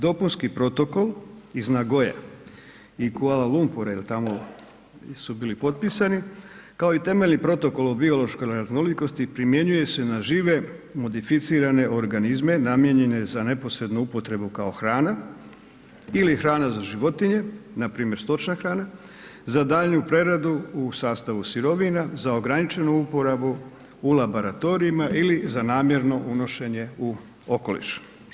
Dopunski protokol iz Nagoja i Kuala Lumpura jer tamo su bili potpisani kao i temeljni protokol o biološkoj raznolikosti primjenjuje se na žive modificirane organizme namijenjene za neposrednu upotrebu kao hrana ili hrana za životinje npr. stočna hrana, za daljnju preradu u sastavu sirovina, za ograničenu uporabu u laboratorijama ili za namjerno unošenje u okoliš.